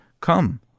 Come